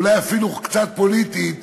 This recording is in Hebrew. אולי אפילו קצת פוליטית,